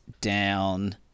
down